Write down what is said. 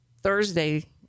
Thursday